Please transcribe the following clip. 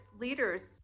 leaders